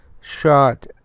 shot